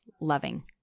loving